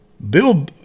Bill